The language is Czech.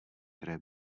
které